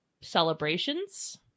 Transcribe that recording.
celebrations